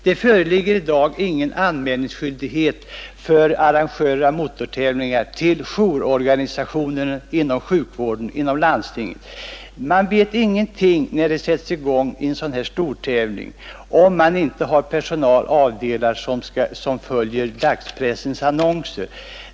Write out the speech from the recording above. Det föreligger i dag ingen skyldighet för arrangörer av motortävlingar att göra anmälan härom till jourorganisationer för sjukvården inom landstinget. Man vet där ingenting när det sätts i gång en sådan här stortävling, om man inte har personal avdelad som följer dagspressens annonser.